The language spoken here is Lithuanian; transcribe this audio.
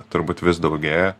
turbūt vis daugėja